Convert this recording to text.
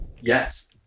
yes